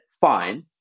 fine